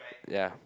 ya